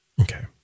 Okay